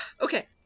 okay